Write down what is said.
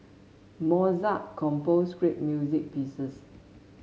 Mozart composed great music pieces